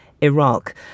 Iraq